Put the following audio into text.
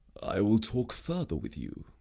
i will talk further with you.